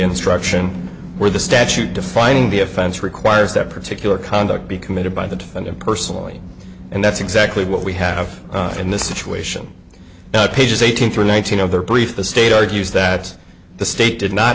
instruction or the statute defining the offense requires that particular conduct be committed by the defendant personally and that's exactly what we have in this situation now pages eighteenth one thousand of their briefs the state argues that the state did not